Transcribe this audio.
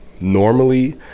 normally